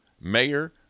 mayor